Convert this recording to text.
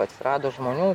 atsirado žmonių